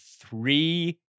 three